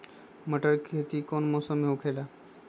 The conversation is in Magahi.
मटर के खेती कौन मौसम में होखेला?